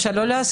אפשר לא להסכים,